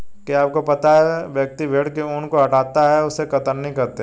क्या आपको पता है व्यक्ति भेड़ के ऊन को हटाता है उसे कतरनी कहते है?